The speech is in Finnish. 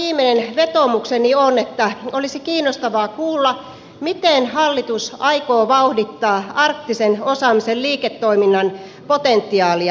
ja aivan viimeinen vetoomukseni on että olisi kiinnostavaa kuulla miten hallitus aikoo vauhdittaa arktisen osaamisen liiketoiminnan potentiaalia